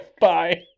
Bye